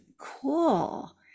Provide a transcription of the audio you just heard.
cool